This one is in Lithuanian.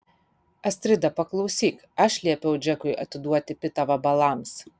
astrida paklausyk aš liepiau džekui atiduoti pitą vabalams